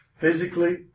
physically